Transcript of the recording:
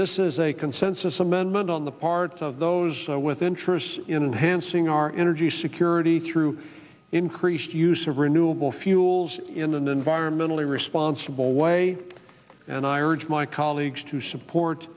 this is a consensus amendment on the part of those with interest in advancing our energy security through increased use of renewable fuels in an environmentally responsible way and i urge my colleagues to support